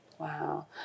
Wow